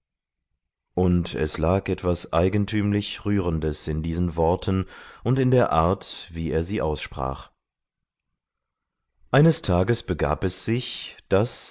und es lag etwas eigentümlich rührendes in diesen worten und in der art wie er sie aussprach eines tages begab es sich daß